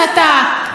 ככה תמיד.